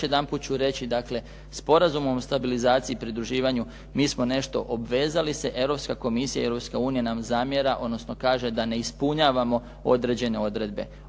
jedanput ću reći, dakle Sporazumom o stabilizaciji i pridruživanju mi smo nešto obvezali, Europska Komisija i Europska unija nam zamjera, odnosno kaže da ne ispunjavamo određene odredbe.